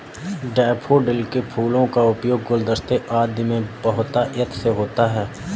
daffodil के फूलों का उपयोग गुलदस्ते आदि में बहुतायत से होता है